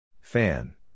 Fan